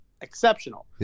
exceptional